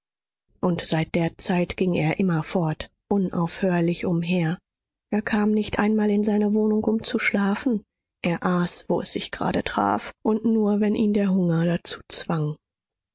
und seit der zeit ging er immerfort unaufhörlich umher er kam nicht einmal in seine wohnung um zu schlafen er aß wo es sich gerade traf und nur wenn ihn der hunger dazu zwang